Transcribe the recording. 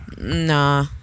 Nah